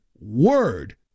word